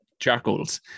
charcoals